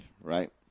right